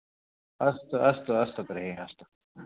अस्तु अस्तु अस्तु तर्हि अस्तु ह